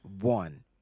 one